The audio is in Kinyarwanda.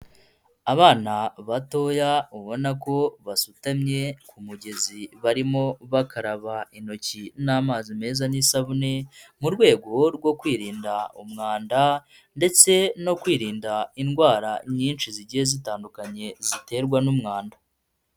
Abana batoya ubona ko basutamye ku mugezi barimo bakaraba intoki n'amazi meza n'isabune, mu rwego rwo kwirinda umwanda, ndetse no kwirinda indwara nyinshi zigiye zitandukanye ziterwa n'umwanda.